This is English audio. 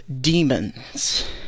demons